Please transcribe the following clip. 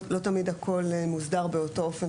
לא תמיד הכל מוסדר באותו אופן.